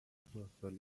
مسئله